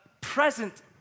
present